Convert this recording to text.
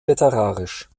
literarisch